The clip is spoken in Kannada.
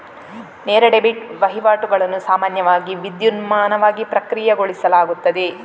ನೇರ ಡೆಬಿಟ್ ವಹಿವಾಟುಗಳನ್ನು ಸಾಮಾನ್ಯವಾಗಿ ವಿದ್ಯುನ್ಮಾನವಾಗಿ ಪ್ರಕ್ರಿಯೆಗೊಳಿಸಲಾಗುತ್ತದೆ